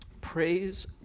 praise